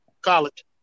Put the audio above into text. college